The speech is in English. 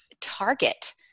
target